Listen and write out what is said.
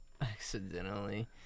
Accidentally